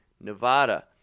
Nevada